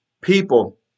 people